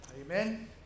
Amen